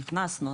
נכנסנו,